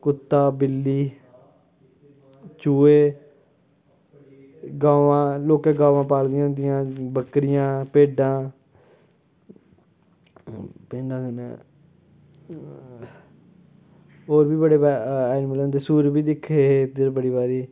कुत्ता बिल्ली चूहे गवां लोकें गवां पाली दियां होंदियां बक्करियां भिड्डां भिड्डां कन्नै होर बी बड़े ऐनिमल होंदे सूर बी दिक्खे हे इद्धर बड़ी बारी